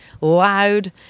loud